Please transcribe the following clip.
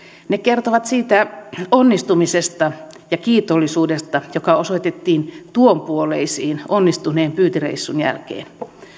ne kertovat siitä onnistumisesta ja kiitollisuudesta joka osoitettiin tuonpuoleisiin onnistuneen pyyntireissun jälkeen